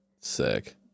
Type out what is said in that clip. Sick